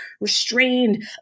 restrained